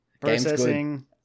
Processing